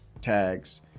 tags